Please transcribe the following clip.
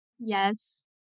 Yes